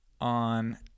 on